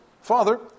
Father